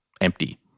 empty